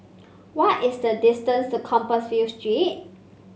what is the distance to Compassvale Street